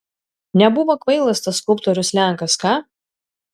nebuvo kvailas tas skulptorius lenkas ką